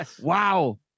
Wow